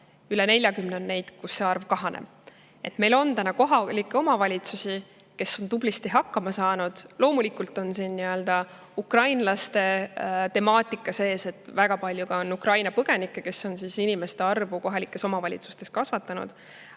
Üle 40 on neid, kus see arv kahaneb. Meil on kohalikke omavalitsusi, kes on tublisti hakkama saanud. Loomulikult on ka ukrainlaste temaatika, väga palju on Ukraina põgenikke, kes on inimeste arvu kohalikes omavalitsustes kasvatanud.